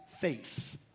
face